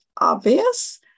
obvious